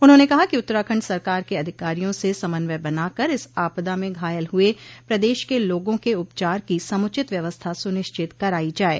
उन्होंने कहा कि उत्तराखंड सरकार के अधिकारियों से समन्वय बनाकर इस आपदा में घायल हुए प्रदेश के लोगों के उपचार की समुचित व्यवस्था सुनिश्चित कराई जाये